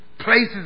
Places